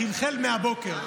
חלחל מהבוקר.